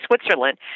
Switzerland